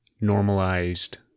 normalized